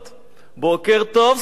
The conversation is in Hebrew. בוקר טוב שמאל,